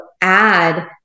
add